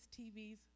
TVs